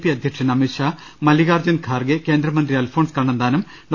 P അധ്യ ക്ഷൻ അമിത്ഷാ മല്ലികാർജ്ജുർ ഗാർഖെ കേന്ദ്രമന്ത്രി അൽഫോൺസ് കണ്ണന്താനം ഡോ